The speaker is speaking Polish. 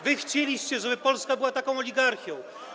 Wy chcieliście, żeby Polska była taką oligarchią.